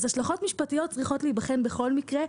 השלכות משפטיות צריכות להיבחן בכל מקרה.